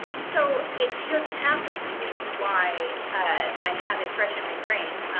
so it just happened, is why i have it fresh in my brain.